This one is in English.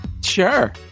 Sure